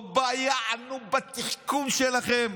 לא ביענו-תחכום שלכם.